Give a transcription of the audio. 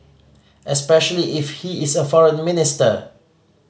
especially if he is a foreign minister